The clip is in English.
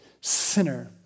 sinner